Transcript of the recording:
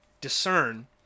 discern